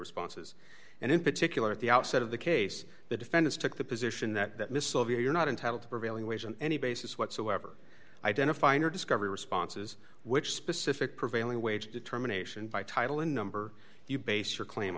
responses and in particular at the outset of the case the defendants took the position that that missile view you're not entitled to prevailing wage on any basis whatsoever identifying or discovery responses which specific prevailing wage determination by title and number you base your claim